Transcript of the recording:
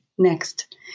Next